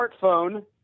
smartphone